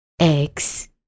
eggs